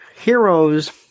heroes